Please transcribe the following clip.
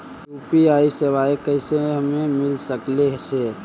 UPI सेवाएं कैसे हमें मिल सकले से?